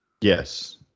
Yes